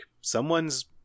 someone's